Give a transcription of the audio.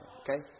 okay